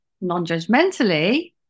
non-judgmentally